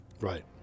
Right